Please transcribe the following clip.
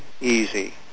easy